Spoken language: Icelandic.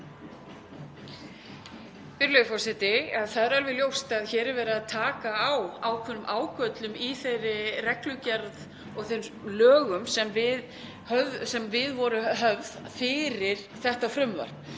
Virðulegur forseti. Það er alveg ljóst að hér er verið að taka á ákveðnum ágöllum í þeirri reglugerð og þeim lögum sem við voru höfð fyrir þetta frumvarp,